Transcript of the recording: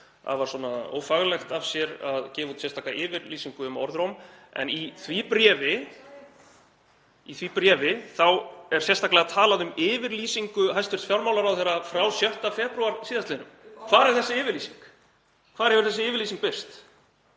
afar ófaglegt af sér að gefa út sérstaka yfirlýsingu um orðróm en í því bréfi er sérstaklega talað um yfirlýsingu hæstv. fjármálaráðherra frá 6. febrúar síðastliðnum. Hvar er þessi yfirlýsing? Hvar hefur þessi yfirlýsing birst?